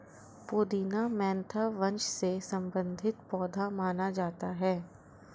पुदीना मेंथा वंश से संबंधित पौधा माना जाता है